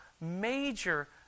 major